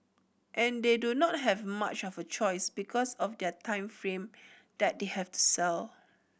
and they do not have much of a choice because of their time frame that they have to sell